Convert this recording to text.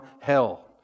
hell